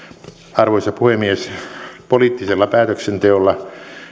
arvoisa puhemies poliittisella päätöksenteolla